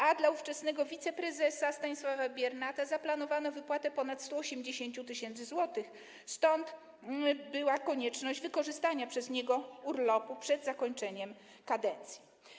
A dla ówczesnego wiceprezesa Stanisława Biernata zaplanowano wypłatę ponad 180 tys. zł, stąd była konieczność wykorzystania przez niego urlopu przed zakończeniem kadencji.